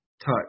touch